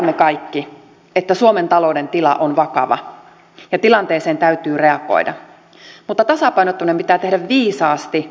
ymmärrämme kaikki että suomen talouden tila on vakava ja tilanteeseen täytyy reagoida mutta tasapainottaminen pitää tehdä viisaasti kokonaiskuva mielessä